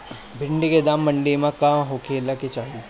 भिन्डी के दाम मंडी मे का होखे के चाही?